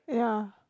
yeah